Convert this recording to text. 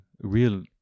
real